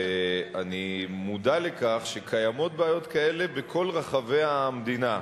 ואני מודע לכך שקיימות בעיות כאלה בכל רחבי המדינה.